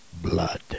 Blood